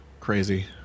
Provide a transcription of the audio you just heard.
Crazy